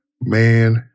Man